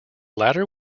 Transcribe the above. latter